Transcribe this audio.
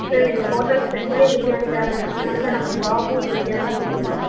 ma'am எங்கள் hotel ஸ்பெஷலே பிரியாணி தான் மேம் அதனால் தான் நாங்கள் பாபு பிரியாணின்னு வச்சுருக்கோம்